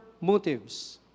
motives